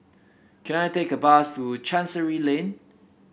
can I take a bus to Chancery Lane